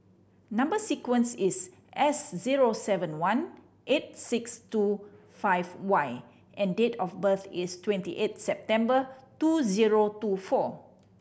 number sequence is S zero seven one eight six two five Y and date of birth is twenty eight September two zero two four